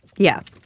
yeah